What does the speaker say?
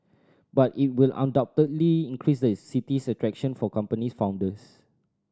but it will undoubtedly increase the city's attraction for company founders